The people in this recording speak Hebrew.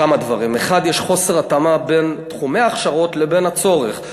כמה דברים: 1. יש חוסר התאמה בין תחומי הכשרות לבין הצורך.